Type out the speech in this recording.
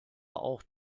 auch